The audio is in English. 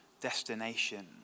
destination